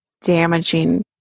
damaging